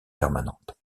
permanente